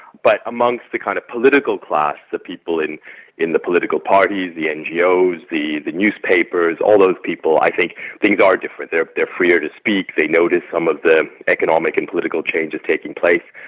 but amongst the kind of political class the people in in the political parties, the ngos, the the newspapers, all those people i think things are different. they're they're freer to speak they notice some of the economic and political changes taking place.